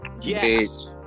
Yes